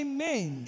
Amen